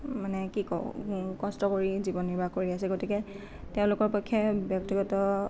মানে কি কওঁ কষ্ট কৰি জীৱন নিৰ্বাহ কৰি আছে গতিকে তেওঁলোকৰ পক্ষে ব্যক্তিগত